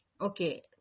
okay